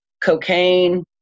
cocaine